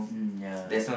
mm ya